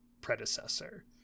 predecessor